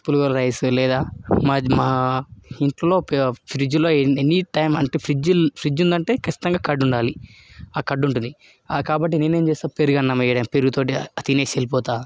పులిహోర rice లేదా మాది మా ఇంట్లో ఫ్రిడ్జ్లో ఎనీ టైం అంటే ఫ్రిడ్జ్ ఫ్రిడ్జ్ ఉందంటే ఖచ్చితంగా కర్డ్ ఉండాలి ఆ కర్డ్ ఉంటుంది కాబట్టి నేనేం చేస్తా పెరుగన్నం పెరుగు తోటి తినేసి వెళ్లిపోతా